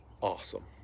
awesome